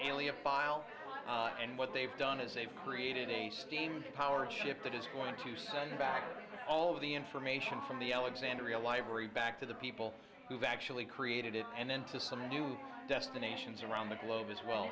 alien file and what they've done is they've created a steam powered ship that is going to send back all of the information from the alexandria library back to the people who've actually created it and then to some new destinations around the globe as well